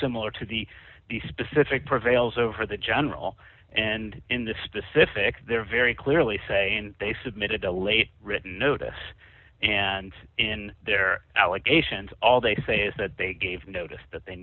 similar to the specific prevails over the general and in the specific they're very clearly saying they submitted a late written notice and in their allegations all they say is that they gave notice that they